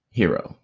hero